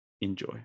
Enjoy